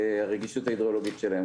הרגישות ההידרולוגית שלהם.